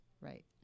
Right